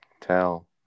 tell